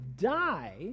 die